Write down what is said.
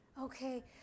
Okay